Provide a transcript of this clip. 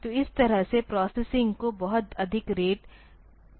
तो इस तरह मैं प्रोसेसिंग को बहुत अधिक रेट पर कर सकता हूं